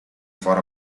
for